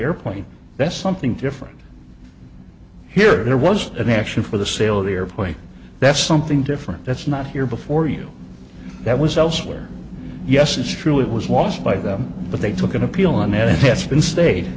airplane that's something different here there was an action for the sale of the airplane that's something different that's not here before you that was elsewhere yes it's true it was lost by them but they took an appeal on it has been state